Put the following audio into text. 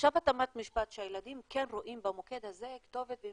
עכשיו אמרת משפט שהילדים כן רואים במוקד הזה כתובת.